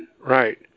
right